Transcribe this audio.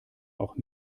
auch